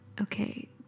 okay